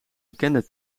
bekende